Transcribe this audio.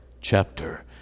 chapter